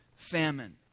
famine